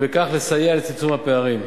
ובכך לסייע בצמצום הפערים.